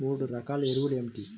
మూడు రకాల ఎరువులు ఏమిటి?